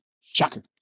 Shocker